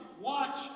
watch